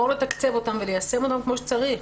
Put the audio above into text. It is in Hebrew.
לסיים לתקצב אותם וליישם אותם כמו שצריך.